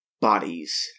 Bodies